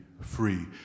free